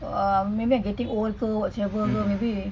um maybe I'm getting old ke whatsoever ke maybe